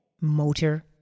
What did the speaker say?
motor